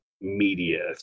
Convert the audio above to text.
media